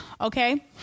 okay